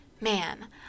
man